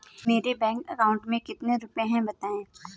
मेरे bank account में कितने रुपए हैं बताएँ?